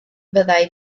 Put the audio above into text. fyddai